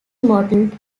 modeled